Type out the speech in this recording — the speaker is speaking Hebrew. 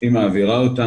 היא מעבירה אותם,